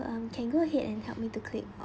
um can go ahead and help me to clip